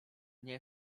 nie